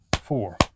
four